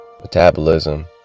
metabolism